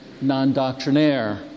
non-doctrinaire